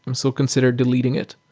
um so consider deleting it.